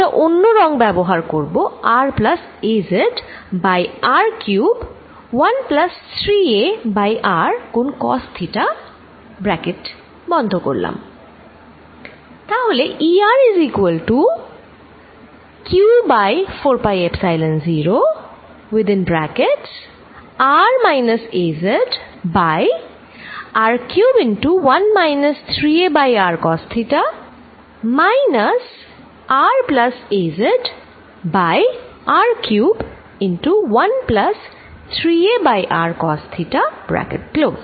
আমি একটা অন্য রং ব্যবহার করব r plus az by r cube 1 plus 3a by r গুন cos theta ব্র্যাকেট বন্ধ